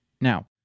now